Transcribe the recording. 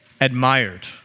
admired